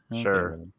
Sure